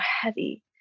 heavy